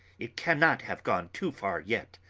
it cannot have gone too far yet.